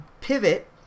pivot